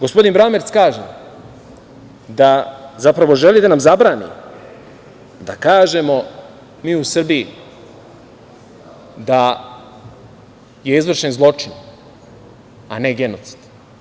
Gospodin Bramerc kaže da zapravo želi da nam zabrani da kažemo mi u Srbiji da je izvršen zločin, a ne genocid.